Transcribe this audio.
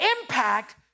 impact